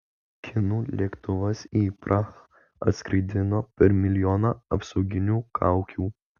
kinų lėktuvas į prahą atskraidino per milijoną apsauginių kaukių